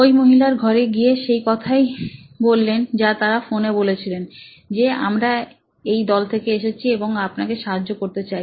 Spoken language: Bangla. ওই মহিলার ঘরে গিয়ে সেই কথাই বললেন যা তারা ফোনে বলেছিলেন যে আমরা এই দল থেকে এসেছি এবং আপনার সাহায্য করতে চাই